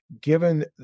given